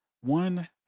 one